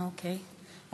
אוקיי,